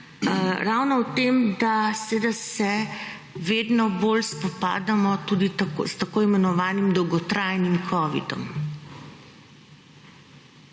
ravno v tem, da seveda se vedno bolj spopadamo tudi s tako imenovanim dolgotrajnim Covidom.